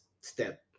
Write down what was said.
step